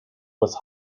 was